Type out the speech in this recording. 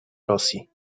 rosji